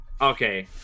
Okay